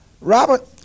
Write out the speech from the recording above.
Robert